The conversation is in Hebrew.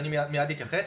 אני מיד אתייחס.